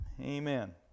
amen